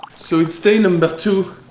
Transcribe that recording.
so, it's day number two.